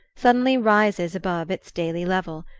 suddenly rises above its daily level,